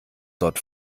dort